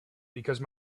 because